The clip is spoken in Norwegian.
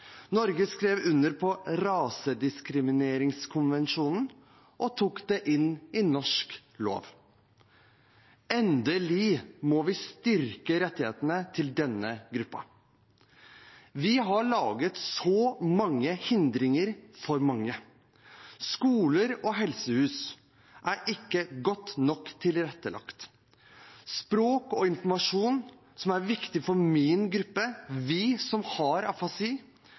Norge skrev under på rasediskrimineringskonvensjonen og tok den inn i norsk lov. Endelig må vi styrke rettighetene til denne gruppen. Vi har laget så mange hindringer for mange. Skoler og helsehus er ikke godt nok tilrettelagt. Det som har med språk og informasjon å gjøre, som er viktig for min gruppe, vi som har afasi,